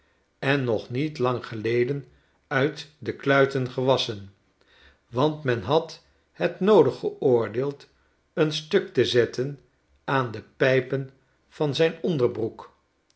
en nog niet lang geleden uit de kluiten gewassen want men had het noodig geoordeeld een stuk te zetten aan de pijpen van zijn onderbroek